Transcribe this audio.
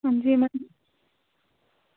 अंजी